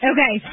Okay